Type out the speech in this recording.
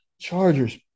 Chargers